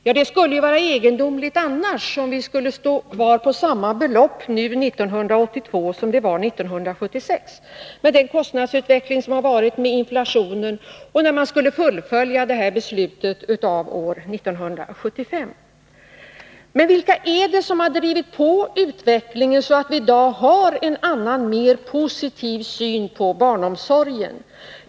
Ja, det skulle vara egendomligt om vi skulle stå kvar på samma belopp nu som 1976, med tanke på den kostnadsutveckling som förekommit, bl.a. på grund av inflationen, medan man fullföljt beslutet från år 1975. Men vilka är det som har drivit på utvecklingen, så att vi i dag har en annan och mer positiv syn på barnomsorgen?